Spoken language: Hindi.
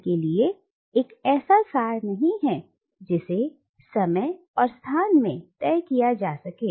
उनके लिए यह एक ऐसा सार नहीं है जिसे समय और स्थान में तय किया जा सके